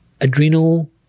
adrenal